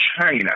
China